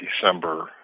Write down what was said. December